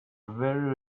very